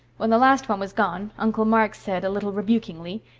when the last one was gone, uncle mark said, a little rebukingly,